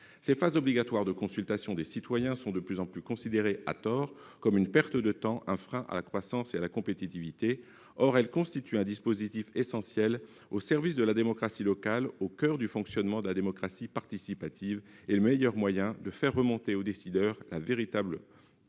Ces phases obligatoires de consultation des citoyens sont de plus en plus considérées, à tort, comme une perte de temps, un frein à la croissance et à la compétitivité. Or elles constituent un dispositif essentiel au service de la démocratie locale, au coeur du fonctionnement de la démocratie participative, et le meilleur moyen de faire remonter aux décideurs le véritable ressenti